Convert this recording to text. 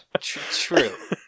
True